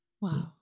Wow